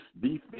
defense